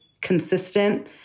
consistent